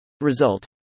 Result